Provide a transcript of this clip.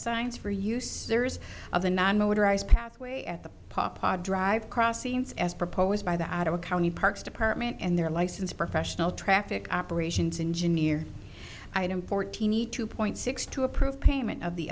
signs for use there's other non motorized pathway at the papad drive crossings as proposed by the adult county parks department and their licensed professional traffic operations engineer item fourteen e two point six to approve payment of the